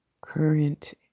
current